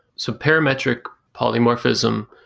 so pair metric polymorphism,